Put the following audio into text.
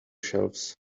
shelves